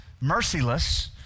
merciless